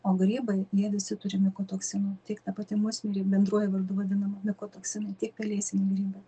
o grybai jie visi turi mikotoksinų tik ta pati musmirė bendruoju vardu vadinama mikotoksinai tiek pelėsiniai grybai